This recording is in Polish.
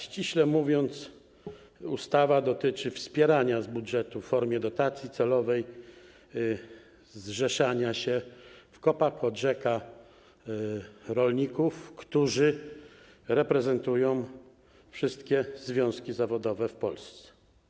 Ściśle mówiąc, ustawa dotyczy wspierania z budżetu w formie dotacji celowej, zrzeszania się w COPA-COGECA rolników, którzy reprezentują wszystkie związki zawodowe w Polsce.